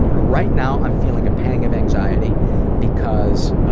and right now i'm feeling a pang of anxiety because